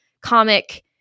comic